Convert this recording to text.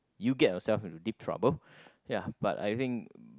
you get yourself into deep trouble ya but I think